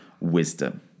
wisdom